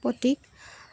পতিক